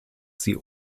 sie